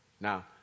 Now